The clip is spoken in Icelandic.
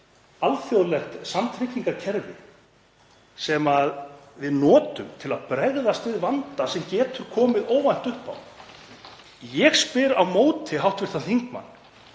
alþjóðlegt samtryggingarkerfi sem við notum til að bregðast við vanda sem getur komið óvænt upp. Ég spyr á móti hv. þingmann: